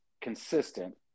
consistent